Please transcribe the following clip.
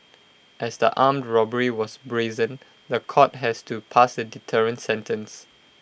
as the armed robbery was brazen The Court has to pass A deterrent sentence